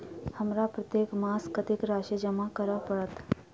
हमरा प्रत्येक मास कत्तेक राशि जमा करऽ पड़त?